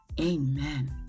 Amen